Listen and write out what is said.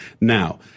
Now